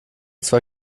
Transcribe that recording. zwar